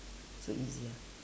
so easier